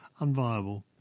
unviable